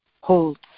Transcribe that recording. holds